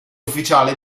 ufficiale